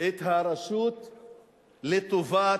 את הרשות לטובת